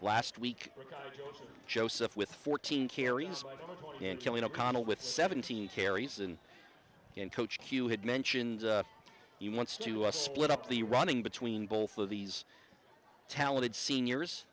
last week joseph with fourteen carries in killing o'connell with seventeen carries and coach q had mentioned he wants to split up the running between both of these talented seniors